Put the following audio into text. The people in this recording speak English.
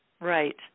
Right